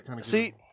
See